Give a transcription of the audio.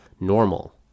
normal